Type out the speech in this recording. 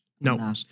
No